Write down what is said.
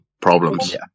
problems